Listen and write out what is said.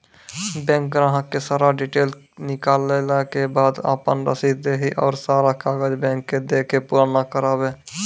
Bank ग्राहक के सारा डीटेल निकालैला के बाद आपन रसीद देहि और सारा कागज बैंक के दे के पुराना करावे?